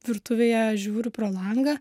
virtuvėje žiūriu pro langą